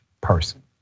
person